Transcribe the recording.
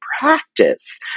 practice